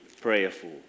prayerful